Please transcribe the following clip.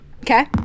Okay